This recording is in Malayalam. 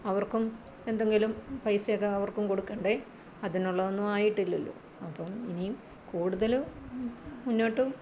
അവർക്കും എന്തെങ്കിലും പൈസയൊക്കെ അവർക്കും കൊടുക്കണ്ടെ അതിനുള്ളതൊന്നും ആയിട്ടില്ലല്ലോ അപ്പം ഇനിയും കൂടുതൽ മുന്നോട്ട്